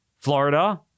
Florida